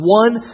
one